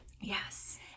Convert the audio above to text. Yes